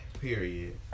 Period